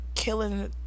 killing